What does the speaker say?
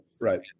right